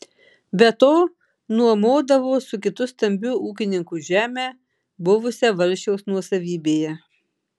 be to nuomodavo su kitu stambiu ūkininku žemę buvusią valsčiaus nuosavybėje